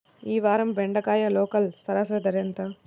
ఈ వారం బెండకాయ లోకల్ సరాసరి ధర ఎంత?